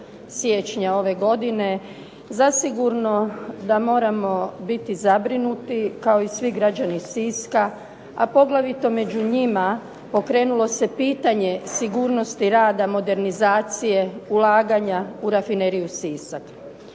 siječnja ove godine zasigurno da moramo biti zabrinuti kao i svi građani Siska, a poglavito među njima pokrenulo se pitanje sigurnosti rada modernizacije, ulaganja u Rafineriju Sisak.